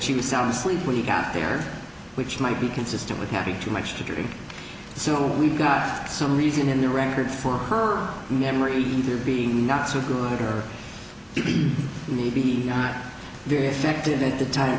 was sound asleep when he got there which might be consistent with having too much to drink so we've got some reason in the record for her memory either be not so good or maybe not very effective at the time